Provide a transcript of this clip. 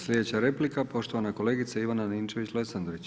Sljedeća replika poštovana kolegica Ivana Ninčević Lesandrić.